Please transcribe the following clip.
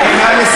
מה שנכון נכון.